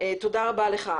תודה רבה לך.